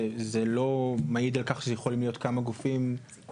זה לא מעיד על כך שיכולים להיות כמה גופים או גוף אחד?